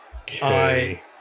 Okay